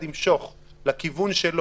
אני,